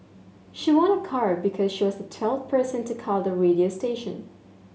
she won a car because she was the twelfth person to call the radio station